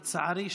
לצערי,